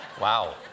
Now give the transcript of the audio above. Wow